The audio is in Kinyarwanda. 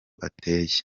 ateye